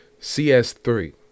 CS3